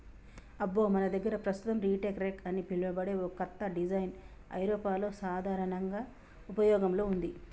అబ్బో మన దగ్గర పస్తుతం రీటర్ రెక్ అని పిలువబడే ఓ కత్త డిజైన్ ఐరోపాలో సాధారనంగా ఉపయోగంలో ఉంది